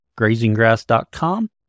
grazinggrass.com